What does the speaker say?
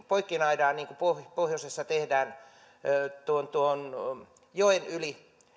poikkinaidaan niin kuin pohjoisessa tehdään joen yli